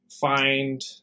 find